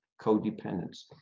codependence